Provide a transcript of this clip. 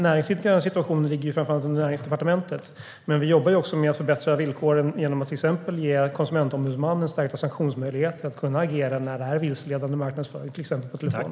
Näringsidkarens situation ligger framför allt under Näringsdepartementet, men vi jobbar också med att förbättra villkoren genom att till exempel ge Konsumentombudsmannen stärkta sanktionsmöjligheter att kunna agera när det är fråga om vilseledande marknadsföring, till exempel per telefon.